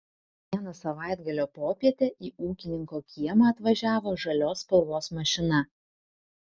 vieną savaitgalio popietę į ūkininko kiemą atvažiavo žalios spalvos mašina